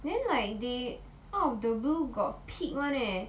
then like they out of the blue got pig one leh